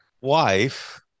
wife